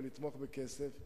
ולתמוך בכסף,